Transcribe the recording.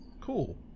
Cool